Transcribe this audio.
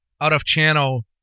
out-of-channel